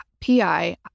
PI